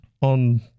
on